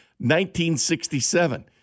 1967